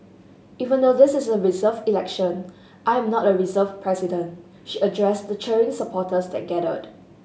even though this is a reserved election I am not a reserved president she addressed the cheering supporters that gathered